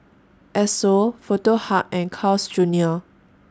Esso Foto Hub and Carl's Junior